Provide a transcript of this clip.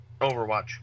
Overwatch